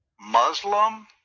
Muslim